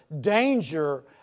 danger